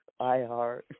iHeart